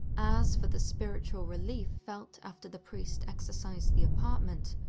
as for the spiritual relief felt after the priest exorcised the apartment,